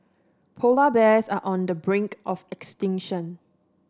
polar bears are on the brink of extinction